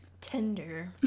Tender